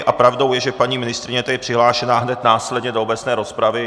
A pravdou je, že paní ministryně je tady přihlášena hned následně do obecné rozpravy.